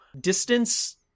distance